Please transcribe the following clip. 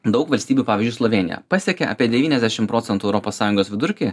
daug valstybių pavyzdžiui slovėnija pasiekė apie devyniasdešimt procentų europos sąjungos vidurkį